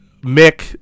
mick